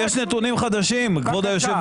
האם ניתן להקים את הקרן ולהתחיל